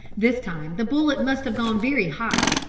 this time the bullet must have gone very high,